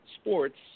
sports